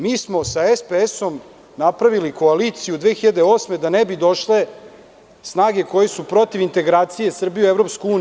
Mi smo sa SPS-om napravili koaliciji 2008. godine, da ne bi došle ksenofobične snage koje su protiv integracije Srbije u EU.